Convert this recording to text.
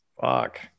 Fuck